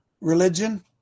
Religion